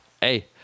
hey